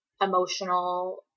emotional